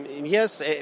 Yes